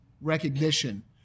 recognition